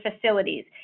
facilities